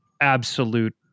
absolute